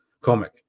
comic